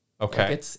Okay